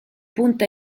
punta